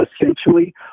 essentially